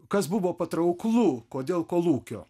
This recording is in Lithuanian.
kas buvo patrauklu kodėl kolūkio